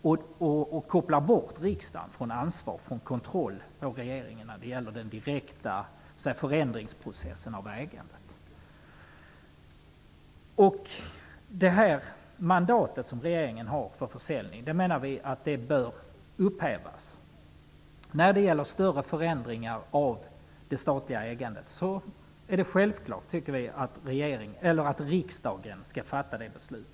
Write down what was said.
Riksdagen kopplas bort från ansvaret och kontrollen av regeringen när det gäller processen för förändringen av ägandet. Vi menar att det mandat som regeringen har för försäljningen bör upphävas. När det gäller större förändringar av det statliga ägandet tycker vi att det är självklart att riksdagen skall fatta beslut.